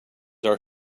our